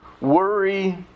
worry